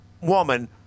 woman